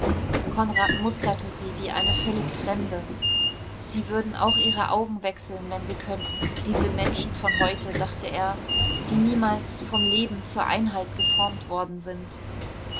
konrad musterte sie wie eine völlig fremde sie würden auch ihre augen wechseln wenn sie könnten diese menschen von heute dachte er die niemals vom leben zur einheit geformt worden sind